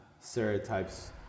stereotypes